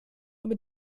über